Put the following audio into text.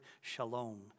shalom